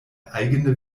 eigene